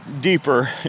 deeper